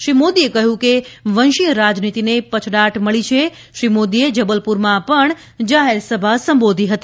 શ્રી મોદીએ કહ્યું કે વંશીય રાજનીતિને પછડાટ ળી છે શ્રી મોદીએ જબલપુરમાં પણ જાહેર સભા સંબોધી હતી